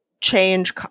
change